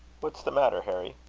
what's the matter, harry?